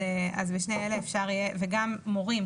וגם מורים,